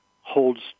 holds